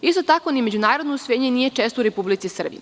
Isto tako, ni međunarodno usvojenje nije često u Republici Srbiji.